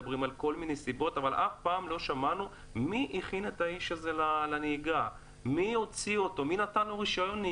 אבל אף פעם לא שמענו מי הכין את האיש לנהיגה ומי נתן לו רישיון.